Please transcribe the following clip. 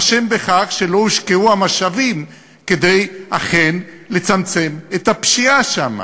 אשם בכך שלא הושקעו המשאבים כדי אכן לצמצם את הפשיעה שם.